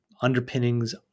underpinnings